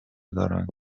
دارند